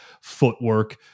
footwork